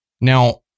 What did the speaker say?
Now